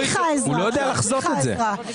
הוא לא יודע לחזות את זה.